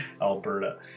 Alberta